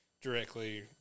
directly